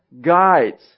guides